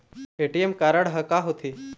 ATM card हा का होते?